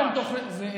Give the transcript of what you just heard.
שנייה,